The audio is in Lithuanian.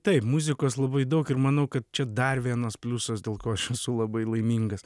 taip muzikos labai daug ir manau kad čia dar vienas pliusas dėl ko aš esu labai laimingas